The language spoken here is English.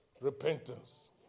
Repentance